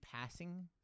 passing